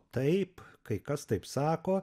taip kai kas taip sako